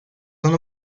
son